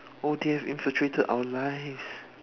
oh they have infiltrated our lives